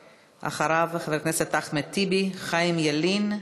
ואחריו, חברי הכנסת אחמד טיבי, חיים ילין,